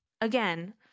again